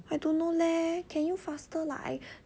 I don't know leh can you faster like